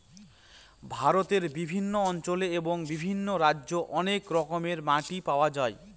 ভারতের বিভিন্ন অঞ্চলে এবং বিভিন্ন রাজ্যে অনেক রকমের মাটি পাওয়া যায়